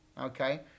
Okay